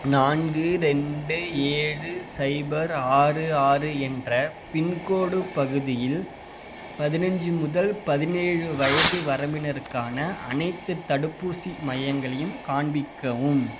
நான்கு ரெண்டு ஏழு சைபர் ஆறு ஆறு என்ற பின்கோடு பகுதியில் பதினைஞ்சு முதல் பதினேழு வயது வரம்பினருக்கான அனைத்துத் தடுப்பூசி மையங்களையும் காண்பிக்கவும்